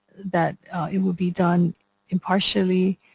that it will be done impartially